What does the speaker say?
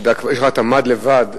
יש לך את המד לבד,